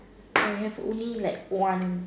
I have only like one